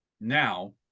now